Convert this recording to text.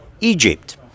Egypt